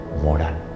moral